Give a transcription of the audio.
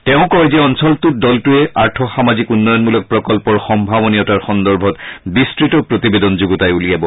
তেওঁ কয় যে অঞ্চলটোত দলটোৱে আৰ্থসামাজিক উন্নয়নমূলক প্ৰকল্পৰ সম্ভাৱনীয়তাৰ সন্দৰ্ভত বিস্তৃত প্ৰতিবেদন যুগুতাই উলিয়াব